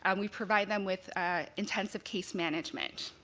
and we provide them with intensive case management.